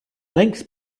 length